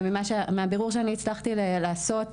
ומהבירור שהצלחתי לעשות,